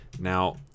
Now